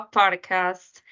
podcast